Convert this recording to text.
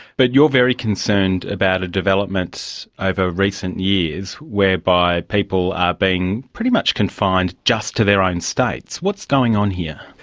but you're very concerned about a development over ah recent years whereby people are being pretty much confined just to their own states. what's going on here?